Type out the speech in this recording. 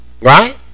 Right